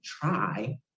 try